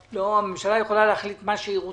הממשלה יכולה להחליט מה שהיא רוצה.